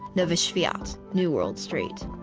nowy swiat, new world street.